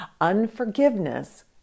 Unforgiveness